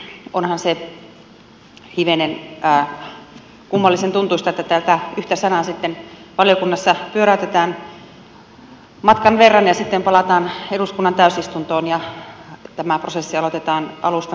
todellakin onhan se hivenen kummallisen tuntuista että tätä yhtä sanaa sitten valiokunnassa pyöräytetään matkan verran ja sitten palataan eduskunnan täysistuntoon ja tämä prosessi aloitetaan alusta